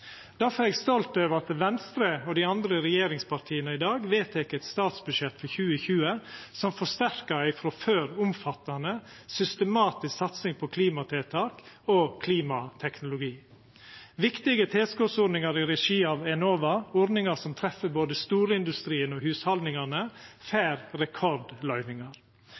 er eg stolt over at Venstre og dei andre regjeringspartia i dag vedtek eit statsbudsjett for 2020 som forsterkar ei frå før omfattande systematisk satsing på klimatiltak og klimateknologi. Viktige tilskotsordningar i regi av Enova, ordningar som treffer både storindustrien og hushalda, får rekordløyvingar.